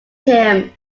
him